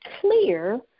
clear